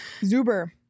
Zuber